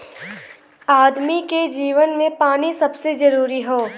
आदमी के जीवन मे पानी सबसे जरूरी हौ